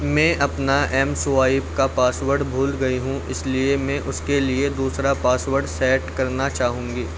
میں اپنا M swipe کا پاسورڈ بھول گئی ہوں اس لیے میں اس کے لیے دوسرا پاسورڈ سیٹ کرنا چاہوں گی